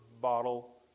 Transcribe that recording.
bottle